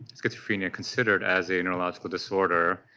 schizophrenia considered as a neurological disorder.